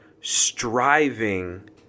striving